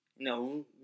No